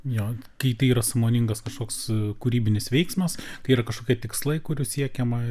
jo kai tai yra sąmoningas kažkoks kūrybinis veiksmas kai yra kažkokie tikslai kurių siekiama